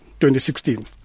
2016